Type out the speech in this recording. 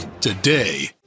Today